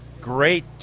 great